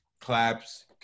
claps